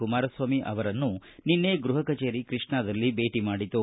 ಕುಮಾರಸ್ವಾಮಿ ಅವರನ್ನು ನಿನ್ನೆ ಗೃಹ ಕಚೇರಿ ಕೃಷ್ಣಾ ದಲ್ಲಿ ಭೇಟ ಮಾಡಿತು